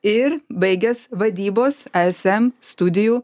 ir baigęs vadybos ism studijų